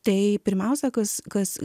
tai pirmiausia kas kas